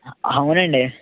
అవునండి